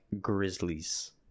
grizzlies